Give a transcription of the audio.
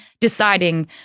deciding